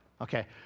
okay